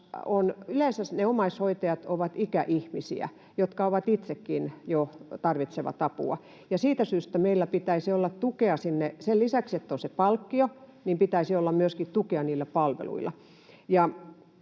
yleensä ne omaishoitajat ovat ikäihmisiä, jotka itsekin jo tarvitsevat apua, ja siitä syystä meillä pitäisi olla tukea sinne. Sen lisäksi, että on se palkkio, pitäisi olla myöskin tukea niillä palveluilla.